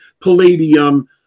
Palladium